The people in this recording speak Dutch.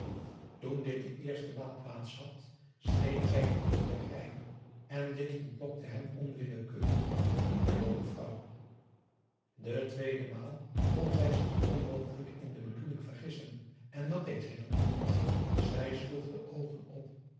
toen dit de eerste maal plaats had scheen zij t niet te begrijpen en dit ontlokte hem onwillekeurig een pardon mevrouw de tweede maal kon zij zich onmogelijk in de bedoeling vergissen en dat deed zij dan ook niet zij sloeg de oogen op